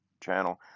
channel